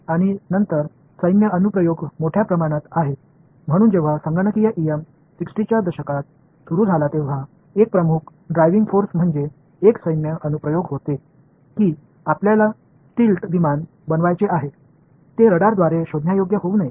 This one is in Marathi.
आणि नंतर सैन्य अनुप्रयोग मोठ्या प्रमाणात आहेत म्हणून जेव्हा संगणकीय ईएम 60 च्या दशकात सुरू झाला तेव्हा एक प्रमुख ड्रायव्हिंग फोर्स म्हणजे एक सैन्य अनुप्रयोग होते की आपल्याला स्टिल्ट विमान बनवायचे आहे ते रडारद्वारे शोधण्यायोग्य होऊ नये